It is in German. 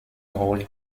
rolle